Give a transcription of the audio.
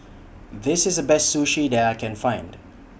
This IS The Best Sushi that I Can Find